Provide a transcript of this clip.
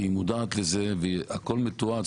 והיא מודעת לזה והכול מתועד.